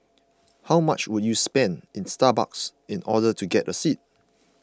how much would you have to spend in Starbucks in order to get a seat